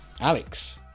Alex